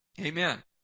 Amen